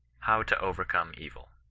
how to overcome evil.